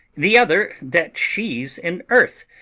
the other, that she's in earth,